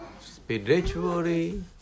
spiritually